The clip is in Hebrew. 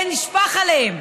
כן, נשפך עליהם.